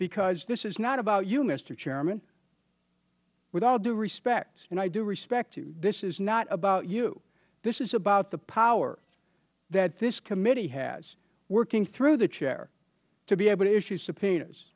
because this is not about you mister chairman with all due respecth and i do respect youh this is not about you this is about the power that this committee has working through the chair to be able to issue subpoenas